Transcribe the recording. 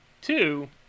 Two